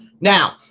Now